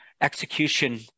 execution